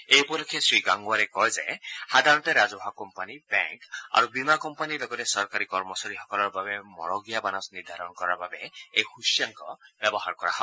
এই উপলক্ষে শ্ৰী গংগৱাৰে কয় সাধাৰণতে ৰাজছৱা কোম্পানী বেংক আৰু বীমা কোম্পেনীৰ লগতে চৰকাৰী কৰ্মচাৰীসকলৰ বাবে মৰগীয়া বানচ নিৰ্ধাৰণ কৰাৰ বাবে এই সূচ্যাংক ব্যৱহাৰ কৰা হয়